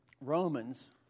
Romans